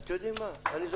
אני לא מבין גדול במסחר,